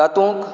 तातूंत